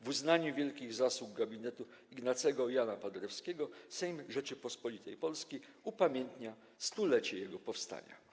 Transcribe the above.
W uznaniu wielkich zasług gabinetu Ignacego Jana Paderewskiego Sejm Rzeczypospolitej Polskiej upamiętnia 100-lecie jego powstania”